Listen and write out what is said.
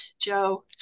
Joe